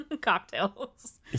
cocktails